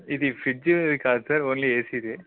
ఇది ఫ్రిజ్ది కాదు సార్ ఓన్లీ ఏసీదే